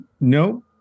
No